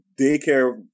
daycare